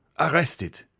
Arrested